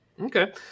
okay